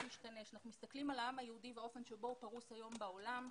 כשאנחנו מסתכלים על העם היהודי והאופן בו הוא פרוס היום בעולם,